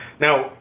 Now